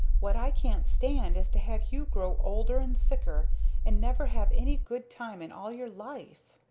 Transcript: what i can't stand is to have you grow older and sicker and never have any good time in all your life!